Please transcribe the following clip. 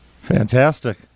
Fantastic